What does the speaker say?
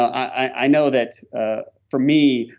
i know that ah for me,